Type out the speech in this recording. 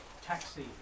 taxi